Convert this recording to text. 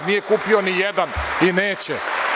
Nije kupio ni jedan i neće.